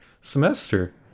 semester